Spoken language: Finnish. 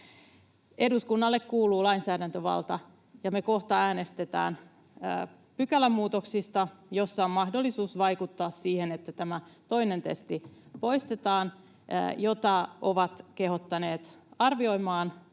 Eduskunnalle kuuluu lainsäädäntövalta, ja me kohta äänestetään pykälämuutoksista, joissa on mahdollisuus vaikuttaa siihen, että tämä toinen testi poistetaan, mitä ovat kehottaneet arvioimaan